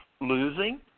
losing